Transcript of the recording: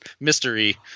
mystery